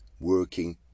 working